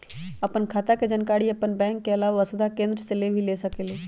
आपन खाता के जानकारी आपन बैंक के आलावा वसुधा केन्द्र से भी ले सकेलु?